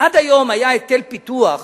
עד היום היה היטל פיתוח